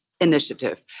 Initiative